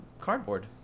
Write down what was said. cardboard